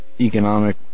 economic